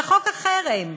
וחוק החרם,